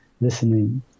listening